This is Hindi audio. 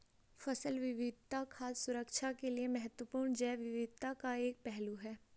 फसल विविधता खाद्य सुरक्षा के लिए महत्वपूर्ण जैव विविधता का एक पहलू है